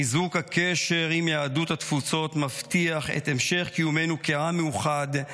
חיזוק הקשר עם יהדות התפוצות מבטיח את המשך קיומנו כעם מאוחד,